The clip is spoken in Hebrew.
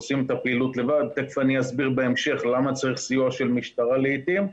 עושים את הפעילות לבד ותיכף אסביר בהמשך למה צריך סיוע של משטרה לעתים.